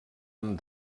amb